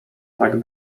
tak